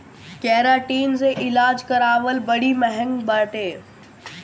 keratin से इलाज करावल बड़ी महँग बाटे